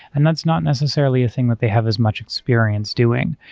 and that's not necessarily a thing that they have as much experience doing.